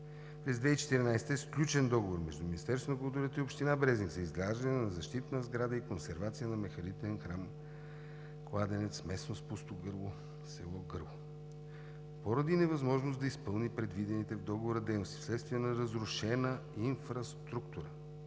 През 2014 г. е сключен договор между Министерството на културата и Община Брезник за изграждане на защитна сграда и консервация на мегалитен „Храм – кладенец“, местност „Пусто гърло“, село Гърло. Поради невъзможност да изпълни предвидените в договора дейности вследствие на разрушена инфраструктура,